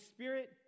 Spirit